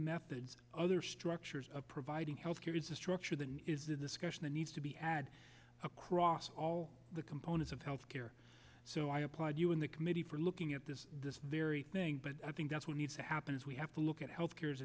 methods other structures of providing health care is a structure that is the discussion that needs to be ad across all the components of health care so i applaud you in the committee for looking at this this very thing but i think that's what needs to happen is we have to look at health care